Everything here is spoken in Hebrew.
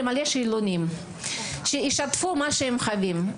למלא שאלונים, שישתפו מה שהם חווים.